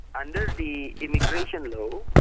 under the immigration law,